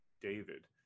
David